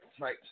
right